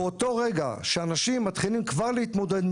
באותו רגע שאנשים מתחילים כבר להתמודד,